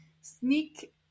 sneak